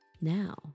now